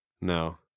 no